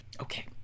Okay